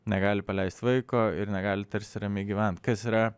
negali paleisti vaiko ir negali tarsi ramiai gyvent kas yra